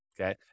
okay